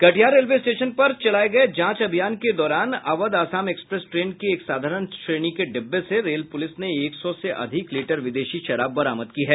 Katihar railway station पर चलाये गये जांच अभियान के दौरान अवध आसाम एक्सप्रेस ट्रेन के एक साधारण श्रेणी के डिब्बे से रेल पुलिस ने एक सौ से अधिक लीटर विदेशी शराब बरामद की है